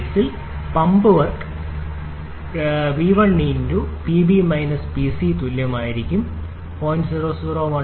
ഈ കേസിൽ pump work ഇതിന് തുല്യമായിരിക്കും 𝑣1 𝑃𝐵 0